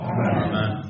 Amen